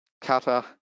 cutter